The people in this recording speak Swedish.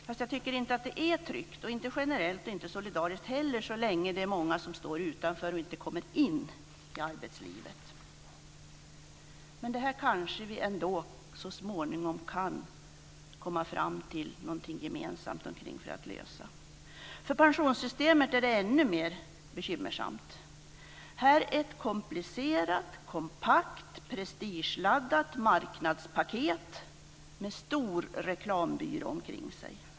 Fast jag tycker inte att det är tryggt och generellt och inte solidariskt heller så länge det är många som står utanför och inte kommer in i arbetslivet. Men detta kanske vi ändå så småningom kan komma fram till något gemensamt för att lösa. För pensionssystemet är det ännu mer bekymmersamt. Här är ett komplicerat, kompakt, prestigeladdat marknadspaket med stor reklambyrå omkring sig.